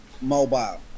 Mobile